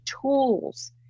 tools